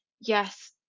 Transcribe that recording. yes